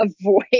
avoid